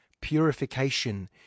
purification